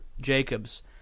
Jacobs